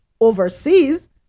overseas